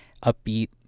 Upbeat